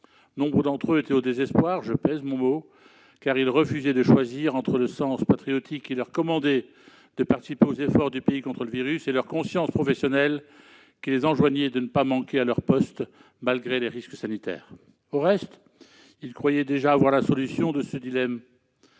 Nombre d'entre eux étaient au désespoir- je pèse mes mots -, car ils refusaient de choisir entre le sens patriotique, qui leur commandait de participer aux efforts du pays contre le virus, et leur conscience professionnelle, qui les enjoignait de ne pas manquer à leur poste malgré les risques sanitaires. Au reste, ils croyaient déjà avoir la solution à ce dilemme.